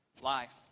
life